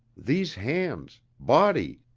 these hands, body,